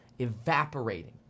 evaporating